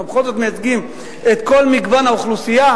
אנחנו בכל זאת מייצגים את כל מגוון האוכלוסייה.